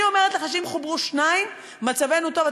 אני אומרת לך שאם חוברו שניים, מצבנו טוב.